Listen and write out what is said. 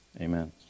Amen